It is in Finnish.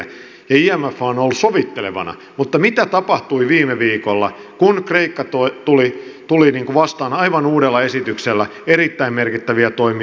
imf on ollut sovittelevana mutta mitä tapahtui viime viikolla kun kreikka tuli vastaan aivan uudella esityksellä jossa oli erittäin merkittäviä toimia